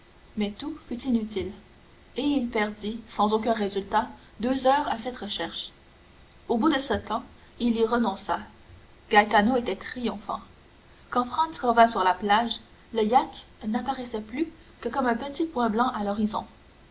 mais tout fut inutile et il perdit sans aucun résultat deux heures à cette recherche au bout de ce temps il y renonça gaetano était triomphant quand franz revint sur la plage le yacht n'apparaissait plus que comme un petit point blanc à l'horizon